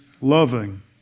loving